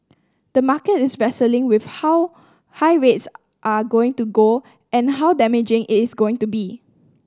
the market is wrestling with how high rates are going to go and how damaging its going to be